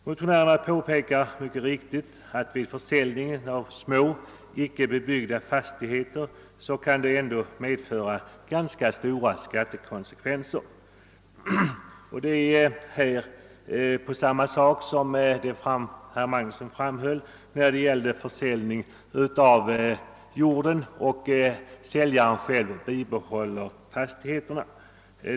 Motionärerna påpekar mycket riktigt att försäljning av små, icke bebyggda fastigheter kan föra ganska stora skattekonsekvenser med sig. Det är därvidlag samma sak som herr Magnusson i Borås framhöll när det gäller försäljning av jorden och säljaren själv behåller byggnaderna.